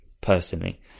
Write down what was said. personally